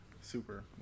Super